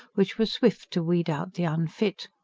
which were swift to weed out the unfit.